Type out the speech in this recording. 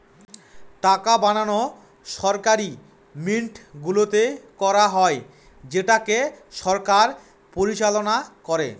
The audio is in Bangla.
টাকা বানানো সরকারি মিন্টগুলোতে করা হয় যেটাকে সরকার পরিচালনা করে